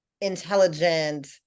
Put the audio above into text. intelligent